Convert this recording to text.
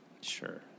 Sure